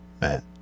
man